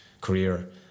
career